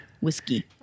whiskey